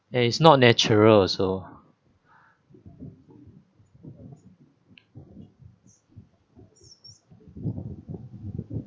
and it's not natural also